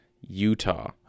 utah